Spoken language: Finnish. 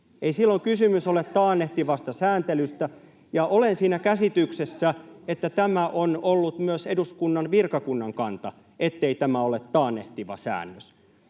Ei silloin kysymys ole taannehtivasta sääntelystä. Ja olen siinä käsityksessä, että tämä on ollut myös eduskunnan virkakunnan kanta, ettei tämä ole taannehtiva säännös.